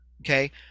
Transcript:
okay